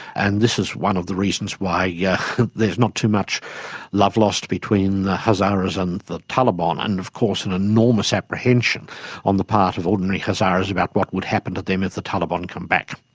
and this is one of the reasons why yeah there's not too much love lost between the hazaras and the taliban and of course an enormous apprehension on the part of ordinary hazaras about what would happen to them if the taliban come back.